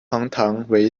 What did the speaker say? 藤为